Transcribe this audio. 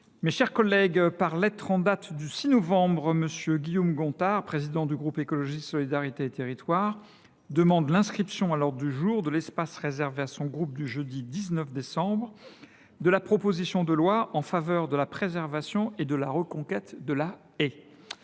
Mes chers collègues, par lettre en date du 6 novembre, M. Guillaume Gontard, président du groupe Écologiste – Solidarité et Territoires, demande l’inscription à l’ordre du jour de l’espace réservé à son groupe, le jeudi 19 décembre, de la proposition de loi en faveur de la préservation et de la reconquête de la haie.